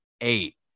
Eight